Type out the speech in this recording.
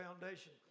foundation